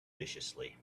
viciously